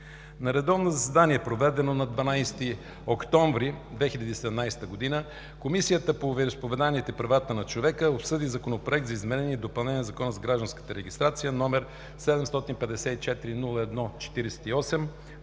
На редовно заседание, проведено на 12 октомври 2017 г., Комисията по вероизповеданията и правата на човека обсъди Законопроект за изменение и допълнение на Закона за гражданската регистрация, № 754-01-38,